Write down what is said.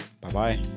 Bye-bye